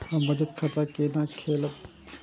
हम बचत खाता केना खोलैब?